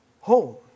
home